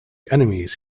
enemies